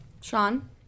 Sean